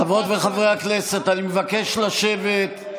חברות וחברי הכנסת, אני מבקש לשבת.